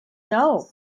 know